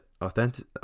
authentic